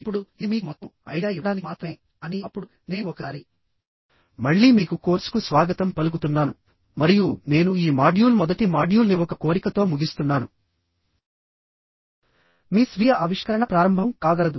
ఇప్పుడు ఇది మీకు మొత్తం ఐడియా ఇవ్వడానికి మాత్రమే కానీ అప్పుడు నేను ఒకసారి మళ్ళీ మీకు కోర్సుకు స్వాగతం పలుకుతున్నాను మరియు నేను ఈ మాడ్యూల్ మొదటి మాడ్యూల్ ని ఒక కోరికతో ముగిస్తున్నాను మీ స్వీయ ఆవిష్కరణ ప్రయాణం ప్రారంభం కాగలదు